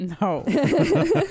No